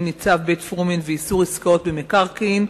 ניצב בית-פרומין ואיסור עסקאות במקרקעין,